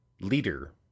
leader